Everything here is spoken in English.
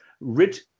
rich